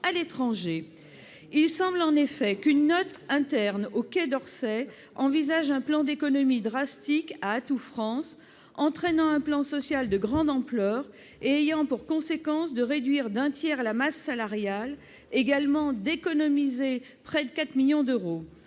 Il semble, en effet, qu'une note interne au Quai d'Orsay envisage un plan d'économies drastiques à Atout France, entraînant un plan social de grande ampleur. Celui-ci aura pour conséquence de réduire d'un tiers la masse salariale et d'économiser près de quatre millions d'euros.